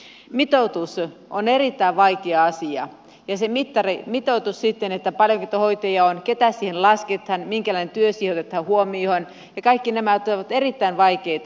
mitoitus on erittäin vaikea asia ja se mitoitus sitten paljonko niitä hoitajia on keitä siihen lasketaan minkälainen työ siihen otetaan huomioon kaikki nämä ovat erittäin vaikeita